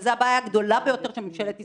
וזו הבעיה הגדולה ביותר של ממשלת ישראל.